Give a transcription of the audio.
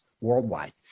worldwide